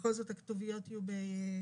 בכל זאת הכתוביות יהיו בעברית?